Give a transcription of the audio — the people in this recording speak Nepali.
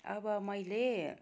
अब मैले